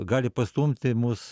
gali pastumti mus